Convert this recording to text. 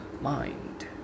mind